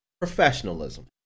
professionalism